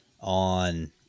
on